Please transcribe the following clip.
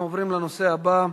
אנחנו עוברים לנושא הבא.